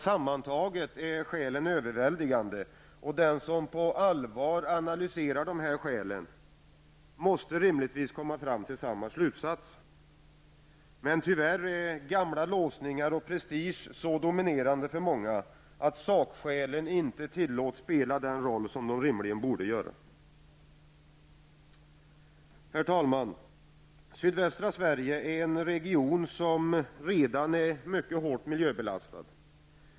Sammantaget är skälen överväldigande, och den som på allvar analyserar skälen måste rimligtvis komma fram till samma slutsats. Tyvärr är gamla låsningar och prestige så dominerande för många att sakskälen inte tillåts spela den roll de rimligen borde göra. Herr talman! Sydvästra Sverige är en region som redan är mycket hårt miljöbelastad.